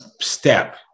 step